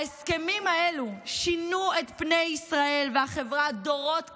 ההסכמים האלהו שינו את פני ישראל והחברה דורות קדימה,